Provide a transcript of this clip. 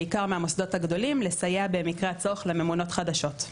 בעיקר מהמוסדות הגדולים לסייע במקרה הצורך לממונות חדשות.